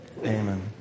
Amen